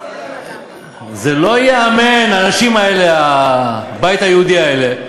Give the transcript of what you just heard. זה לא ייאמן, האנשים האלה, הבית היהודי האלה.